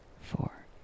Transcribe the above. four